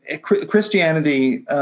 Christianity